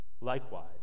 Likewise